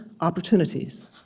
opportunities